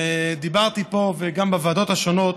ודיברתי פה, וגם בוועדות השונות,